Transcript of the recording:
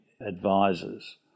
advisors